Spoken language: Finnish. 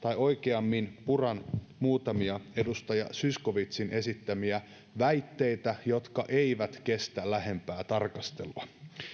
tai oikeammin puran muutamia edustaja zyskowiczin esittämiä väitteitä jotka eivät kestä lähempää tarkastelua